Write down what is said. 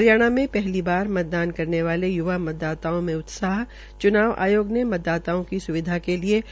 हरियाणा में पहली बार मतदान करने वाले युवा मतदाताओं मे उत्साह चुनाव आयोग ने मतदाताओ की सुविधा के लिये